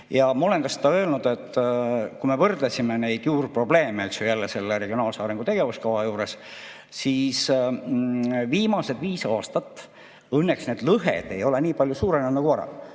Ma olen ka seda öelnud, et kui me võrdlesime neid juurprobleeme selle regionaalse arengu tegevuskava juures, siis viimased viis aastat õnneks need lõhed ei ole nii palju suurenenud nagu